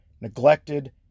neglected